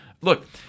Look